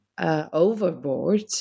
Overboard